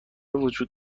وجود